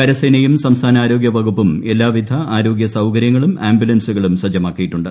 കരസേനയും സംസ്ഥാന ആരോഗ്യവകുപ്പും എല്ലാവിധ ആരോഗ്യ സൌകര്യങ്ങളും ആമ്പുലൻസുകളും സജ്ജമാക്കിയിട്ടുണ്ട്